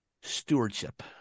Stewardship